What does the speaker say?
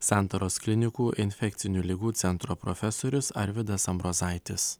santaros klinikų infekcinių ligų centro profesorius arvydas ambrozaitis